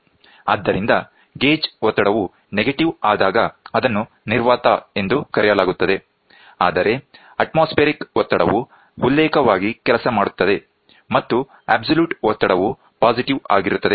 ಆದ್ದರಿಂದ ಗೇಜ್ ಒತ್ತಡವು ನೆಗೆಟಿವ್ ಆದಾಗ ಅದನ್ನು ನಿರ್ವಾತ ಎಂದು ಕರೆಯಲಾಗುತ್ತದೆ ಆದರೆ ಅತ್ಮೋಸ್ಫೇರಿಕ್ ಒತ್ತಡವು ಉಲ್ಲೇಖವಾಗಿ ಕೆಲಸ ಮಾಡುತ್ತದೆ ಮತ್ತು ಅಬ್ಸಲ್ಯೂಟ್ ಒತ್ತಡವು ಪಾಸಿಟಿವ್ ಆಗಿರುತ್ತದೆ